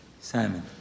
Simon